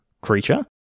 creature